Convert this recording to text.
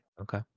Okay